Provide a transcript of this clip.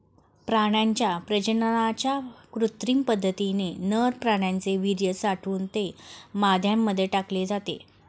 प्राण्यांच्या प्रजननाच्या कृत्रिम पद्धतीने नर प्राण्याचे वीर्य साठवून ते माद्यांमध्ये टाकले जाते